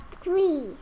three